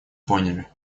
поняли